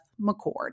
McCord